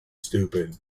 stupid